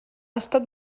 estat